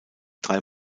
drei